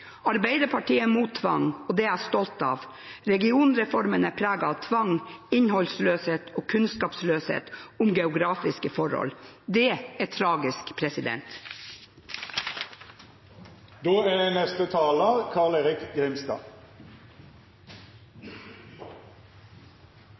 Arbeiderpartiet er imot tvang, og det er jeg stolt av. Regionreformen er preget av tvang, innholdsløshet og kunnskapsløshet om geografiske forhold. Det er tragisk. 2017 er